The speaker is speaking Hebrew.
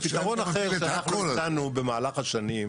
פתרון אחר שאנחנו נתנו במהלך השנים.